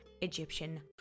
Egyptian